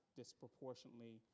disproportionately